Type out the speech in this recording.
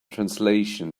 translation